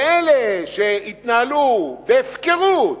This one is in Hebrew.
ואלה שהתנהלו בהפקרות,